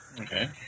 Okay